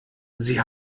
sie